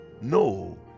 no